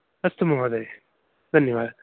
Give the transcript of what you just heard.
अस्तु महोदय धन्यवाद